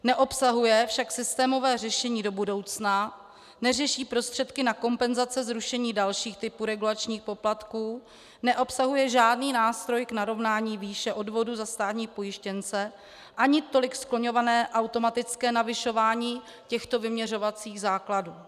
Neobsahuje však systémové řešení do budoucna, neřeší prostředky na kompenzace zrušení dalších typů regulačních poplatků, neobsahuje žádný nástroj k narovnání výše odvodu za státní pojištěnce ani tolik skloňované automatické navyšování těchto vyměřovacích základů.